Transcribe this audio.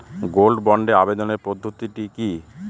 Gold বন্ডে আবেদনের পদ্ধতিটি কি?